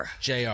JR